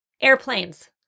airplanes